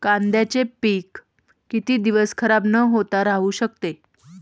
कांद्याचे पीक किती दिवस खराब न होता राहू शकते?